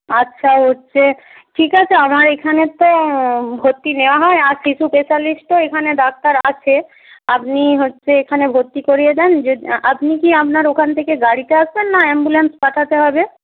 আচ্ছা হচ্ছে ঠিক আছে আমার এখানে তো ভর্তি নেওয়া হয় আর শিশু স্পেশালিস্টও এখানে ডাক্তার আছে আপনি হচ্ছে এখানে ভর্তি করিয়ে দেন আপনি কি আপনার ওখান থেকে গাড়িতে আসবেন না অ্যাম্বুলেন্স পাঠাতে হবে